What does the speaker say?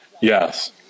Yes